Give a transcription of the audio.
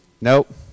Nope